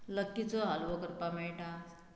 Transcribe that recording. लोकीचो हालवो करपाक मेळटा